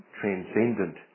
transcendent